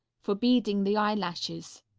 for beading the eyelashes.